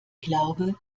glaube